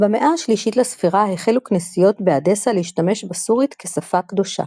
במאה השלישית לספירה החלו כנסיות באדסה להשתמש בסורית כשפה קדושה.